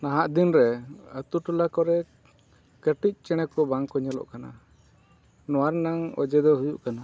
ᱱᱟᱦᱟᱜ ᱫᱤᱱ ᱨᱮ ᱟᱹᱛᱩ ᱴᱚᱞᱟ ᱠᱚᱨᱮ ᱠᱟᱹᱴᱤᱡ ᱪᱮᱬᱮ ᱠᱚ ᱵᱟᱝ ᱠᱚ ᱧᱮᱞᱚᱜ ᱠᱟᱱᱟ ᱱᱚᱣᱟ ᱨᱮᱱᱟᱜ ᱚᱡᱮ ᱫᱚ ᱦᱩᱭᱩᱜ ᱠᱟᱱᱟ